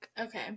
Okay